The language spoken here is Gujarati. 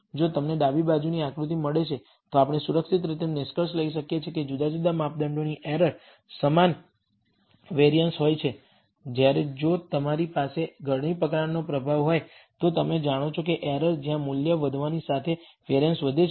જો તમને ડાબી બાજુની આકૃતિ મળે છે તો આપણે સુરક્ષિત રીતે નિષ્કર્ષ લઈ શકીએ છીએ કે જુદા જુદા માપદંડોની એરરમાં સમાન વેરિઅન્સ હોય છે જ્યારે જો તમારી પાસે ગળણી પ્રકારનો પ્રભાવ હોય તો તમે જાણો છો કે એરર જ્યાં મૂલ્ય વધવાની સાથે વેરિઅન્સ વધે છે